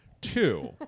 Two